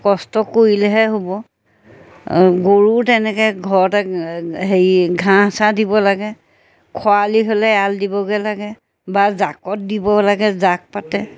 কষ্ট কৰিলেহে হ'ব গৰু তেনেকৈ ঘৰতে হেৰি ঘাঁহ চাহ দিব লাগে খৰালি হ'লে এৰাল দিবগৈ লাগে বা জাকত দিব লাগে জাক পাতে